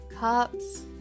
cups